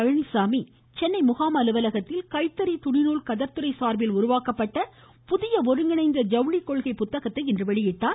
பழனிசாமி சென்னை முகாம் அலுவலகத்தில் கைத்தறி துணிநூல் கதர்துறை சார்பில் உருவாக்கப்பட்ட புதிய ஒருங்கிணைந்த ஜவுளி கொள்கை புத்தகத்தை இன்று வெளியிட்டார்